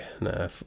no